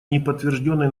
неподтвержденная